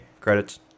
Credits